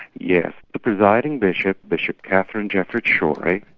yes. the presiding bishop, bishop katharine jefferts schori,